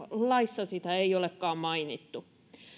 laissa sitä ei olekaan mainittu